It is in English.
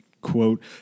quote